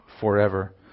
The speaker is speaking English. forever